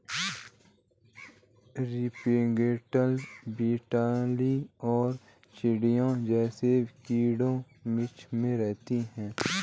springtail, beetle और चींटियां जैसे कीड़े मिट्टी में रहते हैं